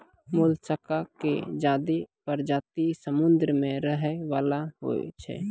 मोलसका के ज्यादे परजाती समुद्र में रहै वला होय छै